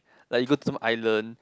like you go to some island